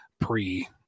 pre-